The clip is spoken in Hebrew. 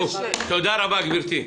תודה רבה, גברתי.